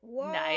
Nice